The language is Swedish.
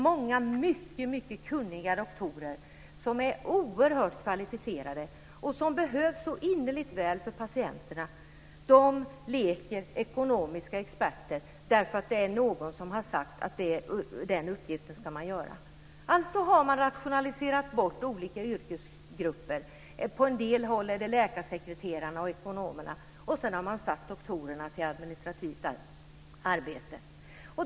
Många mycket kunniga doktorer som är oerhört kvalificerade och som behövs så innerligt väl för patienterna leker ekonomiska experter därför att någon har sagt att den uppgiften ska de göra. Alltså har man rationaliserat bort olika yrkesgrupper. På en del håll är det läkarsekreterare och ekonomer. Och sedan har man satt doktorerna till administrativt arbete.